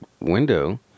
window